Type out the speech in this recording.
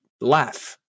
laugh